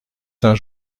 saint